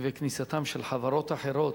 וכניסתן של חברות אחרות.